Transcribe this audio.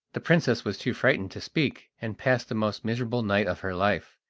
the princess was too frightened to speak, and passed the most miserable night of her life,